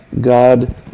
God